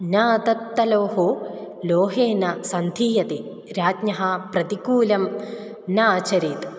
नातप्तलोहो लोहेन सन्धीयते राज्ञः प्रतिकूलं न आचरेत्